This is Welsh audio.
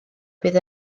bydd